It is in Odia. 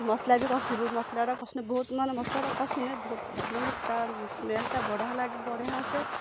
ମସଲା ବି କଷିବୁ ମସଲାଟା କଷିନେ ବହୁତ ମାନେ ମସଲାଟା କଷିନେ ବହୁତ ଭଲ ମାନେ ତା ସ୍ମେଲଟା ବଢ଼ିଆ ଲାଗେ ବଢ଼ିଆ ଆସେ